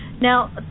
Now